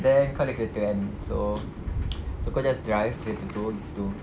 then kau ada kereta kan so so kau just drive kereta tu di situ